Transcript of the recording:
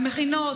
המכינות,